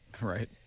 Right